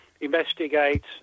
investigate